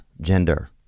gender